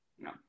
No